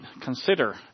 consider